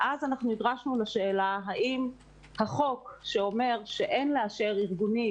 ואז אנחנו נדרשנו לשאלה האם החוק שאומר שאין לאשר ארגונים